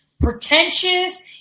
pretentious